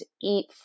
eat